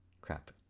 crap